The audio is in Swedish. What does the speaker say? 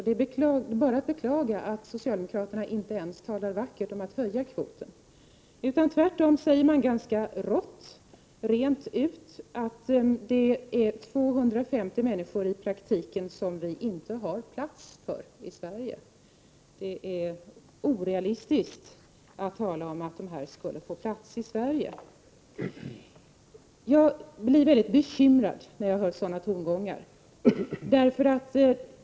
Det är att beklaga att socialdemokraterna inte ens talar vackert om att höja kvoten — tvärtom säger de ganska rått rent ut att vi i praktiken inte har plats för ytterligare 250 människor i Sverige. Det är ”orealistiskt” att tala om ätt dessa människor skulle kunna rymmas i Sverige. Jag blir mycket bekymrad när jag hör sådana tongångar.